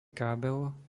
kábel